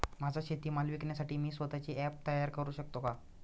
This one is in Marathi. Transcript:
माझा शेतीमाल विकण्यासाठी मी स्वत:चे ॲप तयार करु शकतो का?